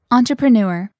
Entrepreneur